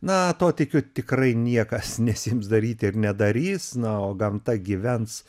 na to tikiu tikrai niekas nesiims daryti ir nedarys na o gamta gyvens